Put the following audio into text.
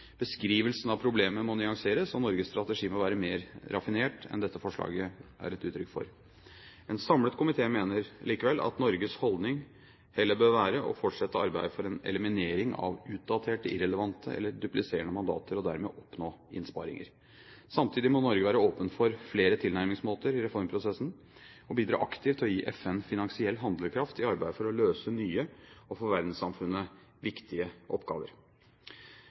Beskrivelsen av problemet må nyanseres, og Norges strategi må være mer raffinert enn dette forslaget er et uttrykk for. En samlet komité mener likevel at Norges holdning heller bør være å fortsette arbeidet for eliminering av utdaterte, irrelevante eller dupliserende mandater, og dermed oppnå innsparinger. Samtidig må Norge være åpen for flere tilnærmingsmåter i reformprosessen og bidra aktivt til å gi FN finansiell handlekraft i arbeidet for å løse nye og for verdenssamfunnet viktige oppgaver.